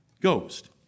Ghost